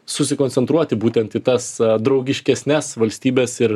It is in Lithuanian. susikoncentruoti būtent į tas draugiškesnes valstybes ir